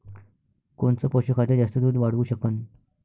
कोनचं पशुखाद्य जास्त दुध वाढवू शकन?